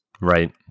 Right